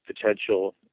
potential